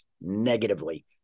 negatively